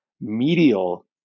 medial